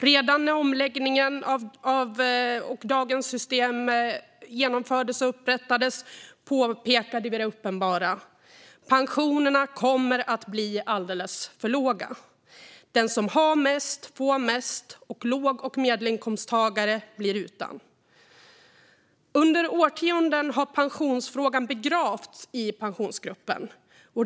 Redan när omläggningen av dagens system genomfördes påpekade vi det uppenbara. Pensionerna kommer att bli alldeles för låga. Den som har mest får mest, och låg och medelinkomsttagare blir utan. Under årtionden har pensionsfrågan begravts i Pensionsgruppen.